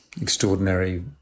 extraordinary